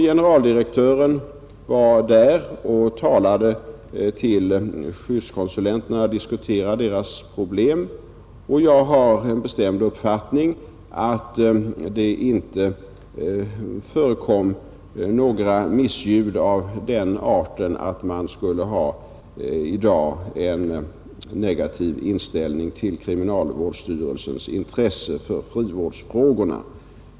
Generaldirektören talade på konferensen till skyddskonsulenterna och diskuterade deras problem. Jag har den bestämda uppfattningen att det inte förekom några missljud som tydde på att man i dag skulle ha en negativ inställning till kriminalvårdsstyrelsens intresse för frivårdsfrågorna.